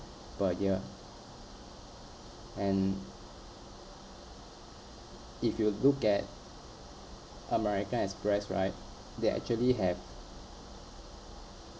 per year and if you look at american express right they actually have